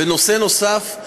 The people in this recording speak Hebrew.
ונושא נוסף,